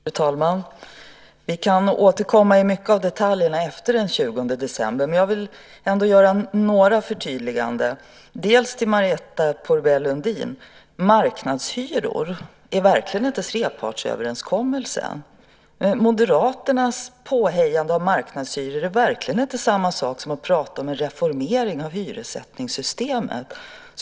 Fru talman! Vi kan återkomma i många av detaljerna efter den 20 december. Men jag vill ändå göra några förtydliganden, bland annat till Marietta de Pourbaix-Lundin. Marknadshyror är verkligen inte samma sak som trepartsöverenskommelsen. Moderaternas påhejande av marknadshyror är verkligen inte samma sak som att prata om en reformering av hyressättningssystemet.